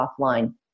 offline